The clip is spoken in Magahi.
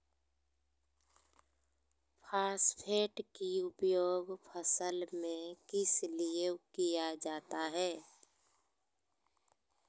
फॉस्फेट की उपयोग फसल में किस लिए किया जाता है?